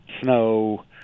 snow